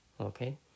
okay